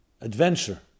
adventure